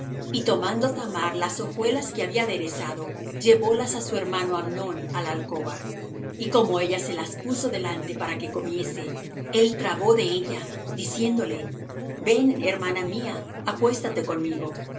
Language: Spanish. y tomando thamar las hojuelas que había aderezado llevólas á su hermano amnón á la alcoba y como ella se las puso delante para que comiese él trabó de ella diciéndole ven hermana mía acuéstate conmigo